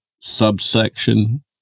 subsection